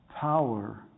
power